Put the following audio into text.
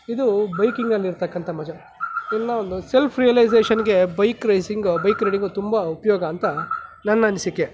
ಇದು ಬೈಕಿಂಗಲ್ಲಿರ್ತಕ್ಕಂಥ ಮಜಾ ಇನ್ನು ಒಂದು ಸೆಲ್ಫ್ ರಿಯಲೈಸೇಷನ್ಗೆ ಬೈಕ್ ರೇಸಿಂಗ್ ಬೈಕ್ ರೈಡಿಂಗು ತುಂಬ ಉಪಯೋಗ ಅಂತ ನನ್ನ ಅನಿಸಿಕೆ